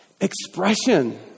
Expression